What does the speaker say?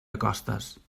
acostes